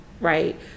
right